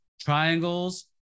triangles